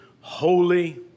holy